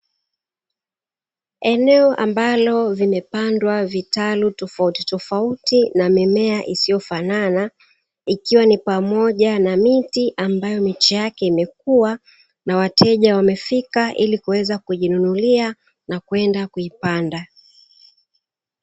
Eneo ambalo vimepandwa vitalu tofauti tofauti na mimea isiyofanana, ikiwa ni pamoja miti ambayo miche yake imekua na wateja wamefika ili kuweza kujinunulia na kwenda kuipanda.